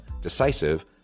decisive